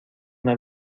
una